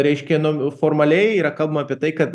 reiškia nu formaliai yra kalbama apie tai kad